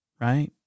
right